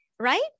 right